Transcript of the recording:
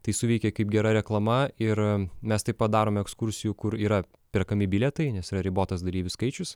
tai suveikė kaip gera reklama ir mes taip pat darom ekskursijų kur yra perkami bilietai nes yra ribotas dalyvių skaičius